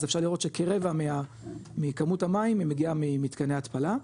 אז אפשר לראות שכרבע מהכמות המים היא מגיעה ממתקני ההתפלה.